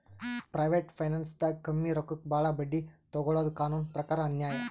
private ಫೈನಾನ್ಸ್ದಾಗ್ ಕಮ್ಮಿ ರೊಕ್ಕಕ್ ಭಾಳ್ ಬಡ್ಡಿ ತೊಗೋಳಾದು ಕಾನೂನ್ ಪ್ರಕಾರ್ ಅನ್ಯಾಯ್